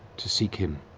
to seek him